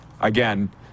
again